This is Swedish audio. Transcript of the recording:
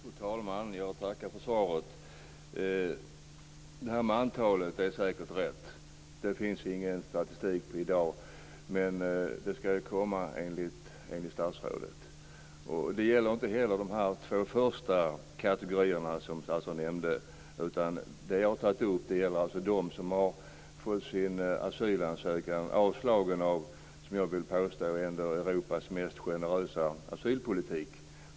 Fru talman! Jag tackar för svaret. Detta med antalet är säkert riktigt. Det finns det ingen statistik på i dag, men det skall ju komma enligt statsrådet. Det gäller inte heller de två första kategorierna som statsrådet nämnde, utan vad jag har tagit upp är de som har fått sin asylansökan avslagen trots, som jag vill påstå, Europas mest generösa asylpolitik.